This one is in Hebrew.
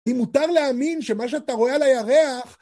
אם מותר להאמין שמה שאתה רואה על הירח